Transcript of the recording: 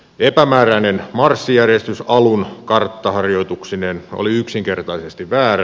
epämääräinen marssijärjestys alun karttaharjoituksineen oli yksinkertaisesti väärä